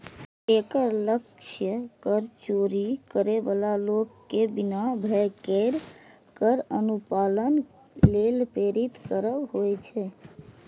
एकर लक्ष्य कर चोरी करै बला लोक कें बिना भय केर कर अनुपालन लेल प्रेरित करब होइ छै